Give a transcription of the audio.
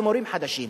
ומורים חדשים.